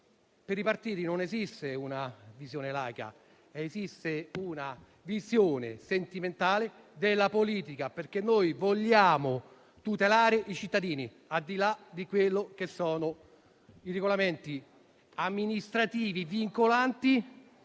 Per i partiti non esiste una visione laica, ma esiste una visione sentimentale della politica, perché vogliamo tutelare i cittadini, al di là dei regolamenti amministrativi vincolanti,